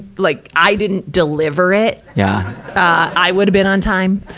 like i didn't deliver it. yeah i would have been on time.